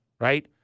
right